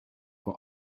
for